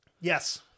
Yes